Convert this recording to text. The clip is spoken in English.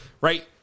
right